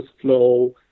flow